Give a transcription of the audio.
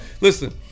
Listen